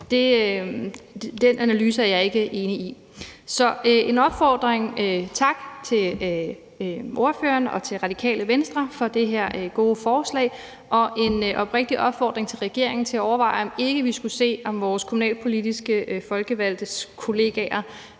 er jeg ikke enig i. Tak til ordføreren og Radikale Venstre for det her gode forslag. Og der skal lyde en oprigtig opfordring herfra til regeringen om at overveje, om ikke vi skulle se, om vores kommunalpolitiske folkevalgte kollegaer